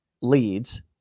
leads